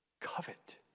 covet